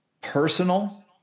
personal